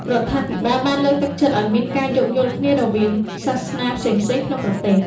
រដ្ឋាភិបាលបានលើកទឹកចិត្តឱ្យមានការយោគយល់គ្នារវាងសាសនាផ្សេងៗក្នុងប្រទេស។